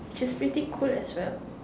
which is pretty cool as well